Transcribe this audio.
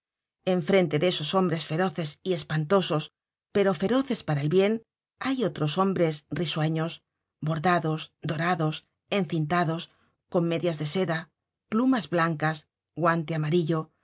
en frente de esos hombres feroces y espantosos piro feroces para el bien hay otros hombres risueños bordados dorados encintados con medias de seda plumas blancas guante amarillo